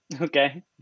Okay